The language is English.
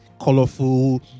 colorful